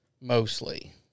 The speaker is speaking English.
mostly